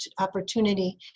opportunity